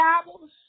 Bibles